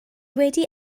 wedi